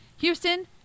Houston